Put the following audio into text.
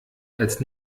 als